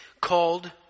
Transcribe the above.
called